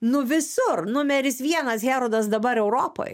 nu visur numeris vienas herodas dabar europoj